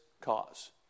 cause